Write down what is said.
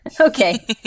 Okay